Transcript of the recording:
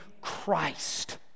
Christ